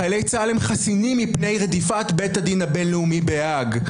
חיילי צה"ל הם חסינים מפני רדיפת בית הדין הבין-לאומי בהאג.